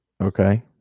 Okay